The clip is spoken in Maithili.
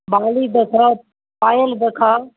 बल्ली देखाउ पायल देखाउ